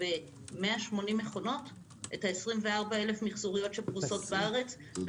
24 אלף המיחזוריות שפרוסות ברחבי הארץ ב-180 מכונות?